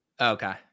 Okay